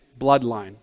bloodline